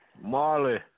Marley